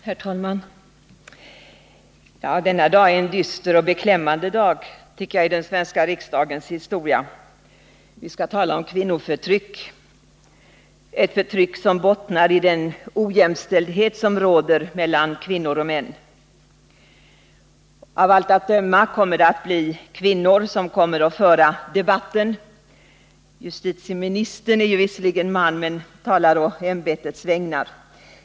Herr talman! Denna dag är en dyster och beklämmande dag i den svenska riksdagens historia. Vi skall tala om kvinnoförtryck, ett förtryck som bottnar i den ojämställdhet som råder mellan kvinnor och män. Av allt att döma är det kvinnor som kommer att föra debatten — justitieministern är visserligen man, men han talar å ämbetets vägnar.